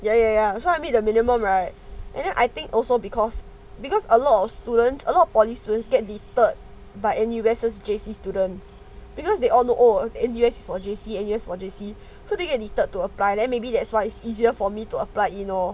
ya ya ya so I meet the minimum right and then I think also because because a lot of students a lot of polytechnic students get admitted by N_U_S 那些 J_C students because they all know oh in N_U_S for J_C and for J_C so they needed to apply then maybe that's why it's easier for me to apply you know